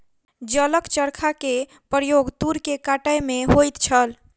जलक चरखा के प्रयोग तूर के कटै में होइत छल